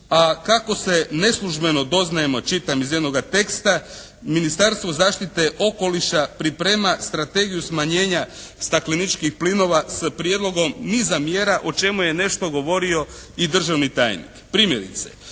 A kako se, neslužbeno doznajemo, čitam iz jednoga teksta, Ministarstvo zaštite okoliša priprema strategiju smanjenja stakleničkih plinova s prijedlogom niza mjera o čemu je nešto govorio i državni tajnik. Primjerice